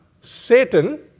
Satan